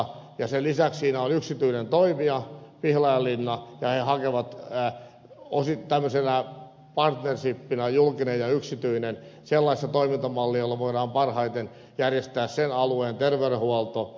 sen lisäksi siinä on yksityinen toimija pihlajalinna ja ne hakevat tämmöisenä partnershipinä julkinen ja yksityinen sellaista toimintamallia jolla voidaan parhaiten järjestää sen alueen terveydenhuolto